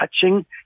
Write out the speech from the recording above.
touching